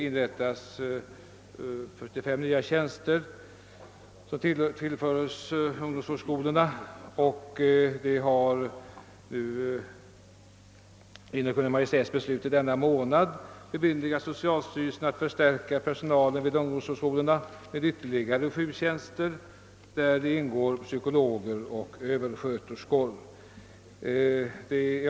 Ungdomsvårdsskolorna tillförs 45 nya tjänster, och genom Kungl. Maj:ts beslut i denna månad har socialstyrelsen bemyndigats att förstärka personalen vid ungdomsvårdsskolorna med ytterligare sju tjänster, inklusive psykologer och översköterskor.